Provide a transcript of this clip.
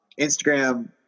Instagram